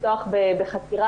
לפתוח בחקירה,